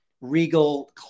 regal